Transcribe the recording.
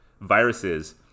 viruses